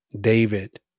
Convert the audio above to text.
David